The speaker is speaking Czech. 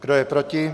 Kdo je proti?